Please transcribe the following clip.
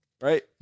Right